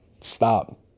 stop